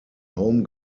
home